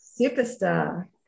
Superstar